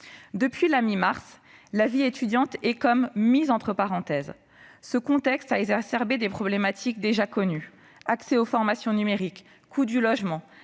Depuis la mi-mars, la vie étudiante est comme mise entre parenthèses. Ce contexte a exacerbé des problématiques déjà connues : accès aux formations numériques, coût du logement,